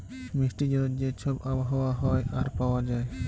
মিষ্টি জলের যে ছব আবহাওয়া হ্যয় আর পাউয়া যায়